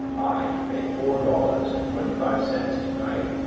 i to pay four dollars and twenty-five cents tonight,